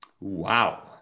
Wow